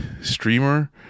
streamer